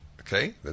Okay